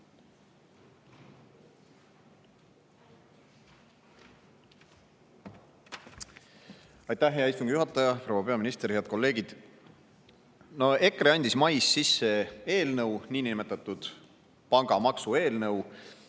Aitäh, hea istungi juhataja! Proua peaminister! Head kolleegid! EKRE andis mais sisse eelnõu, niinimetatud pangamaksu eelnõu,